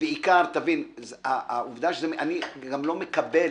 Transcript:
אני גם לא מקבל,